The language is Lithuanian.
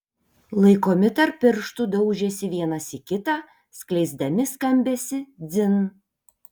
laikomi tarp pirštų daužėsi vienas į kitą skleisdami skambesį dzin